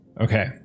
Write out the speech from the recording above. Okay